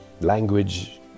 language